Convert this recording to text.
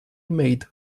made